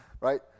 Right